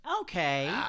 okay